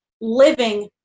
living